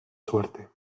suerte